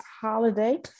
holiday